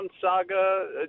saga